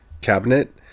cabinet